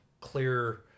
clear